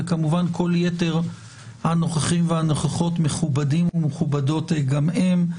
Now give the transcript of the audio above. וכמובן כל יתר הנוכחים והנוכחות מכובדים ומכובדות גם הם.